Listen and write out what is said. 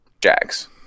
Jags